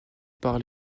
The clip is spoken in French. par